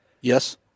Yes